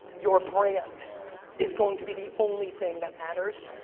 your brand is going to be the only thing that matters,